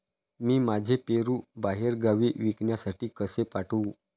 मी माझे पेरू बाहेरगावी विकण्यासाठी कसे पाठवू?